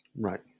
Right